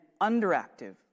underactive